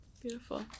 beautiful